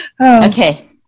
okay